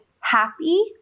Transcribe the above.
happy